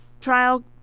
Trial